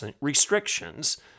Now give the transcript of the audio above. restrictions